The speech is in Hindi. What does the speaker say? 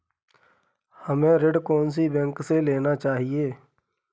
हमें ऋण कौन सी बैंक से लेना चाहिए?